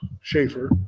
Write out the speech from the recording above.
Schaefer